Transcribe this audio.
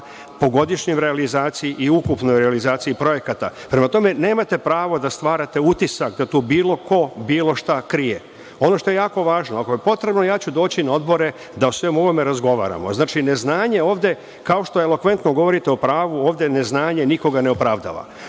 po godišnjim realizaciji i ukupnoj realizaciji projekata. Prema tome, nemate pravo da stvarate utisak da tu bilo ko bilo šta krije. Ono što je jako važno, ako je potrebno ja ću doći na odbore da o svemu ovome razgovaramo. Znači, neznanje ovde, kao što elokventno govorite o pravu ovde, neznanje nikoga ne opravdava. Poslednja